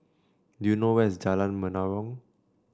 do you know where is Jalan Menarong